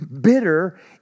bitter